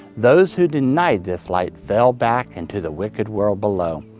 those who denied this light fell back into the wicked world below.